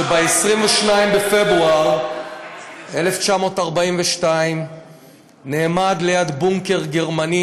שב-22 בפברואר 1942 נעמד ליד בונקר גרמני